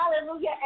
Hallelujah